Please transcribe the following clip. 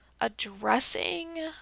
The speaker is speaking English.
addressing